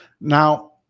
Now